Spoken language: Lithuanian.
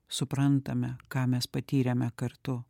suprantame ką mes patyrėme kartu